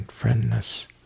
friendness